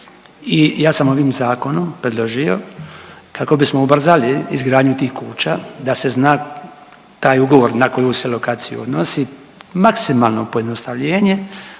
i ja sam ovim zakonom predložio kako bismo ubrzali izgradnju tih kuća da se zna taj ugovor na koju se lokaciju odnosi maksimalno pojednostavljenje